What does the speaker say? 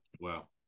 Wow